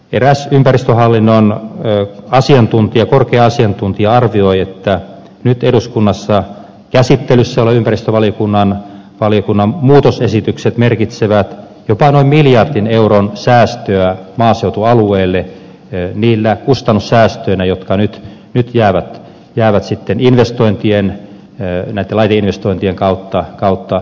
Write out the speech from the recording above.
eräs ympäristöhallinnon korkea asiantuntija arvioi että nyt eduskunnassa käsittelyssä olevat ympäristövaliokunnan muutosesitykset merkitsevät jopa noin miljardin euron säästöä maaseutualueelle niinä kustannussäästöinä jotka nyt jäävät laiteinvestointien kautta pois